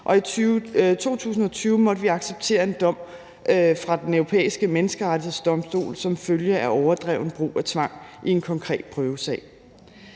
i 2020 måtte vi acceptere en dom fra Den Europæiske Menneskerettighedsdomstol som følge af overdreven brug af tvang i en konkret prøvesag.